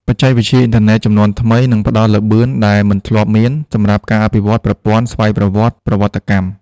បច្ចេកវិទ្យាអ៊ីនធឺណិតជំនាន់ថ្មីនឹងផ្ដល់ល្បឿនដែលមិនធ្លាប់មាន សម្រាប់ការអភិវឌ្ឍប្រព័ន្ធស្វ័យប្រវត្តិកម្ម។